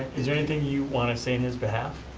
is there anything you want to say on his behalf?